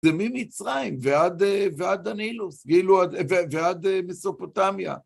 זה ממצרים ועד הנילוס, ועד מסופוטמיה.